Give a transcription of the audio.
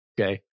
Okay